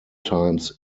times